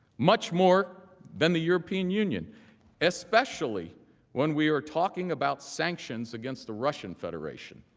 much more than the european union especially when we are talking about sanctions against the russian federation,